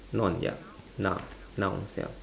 noun ya noun nouns ya